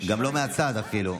גם לא מהצד, אפילו.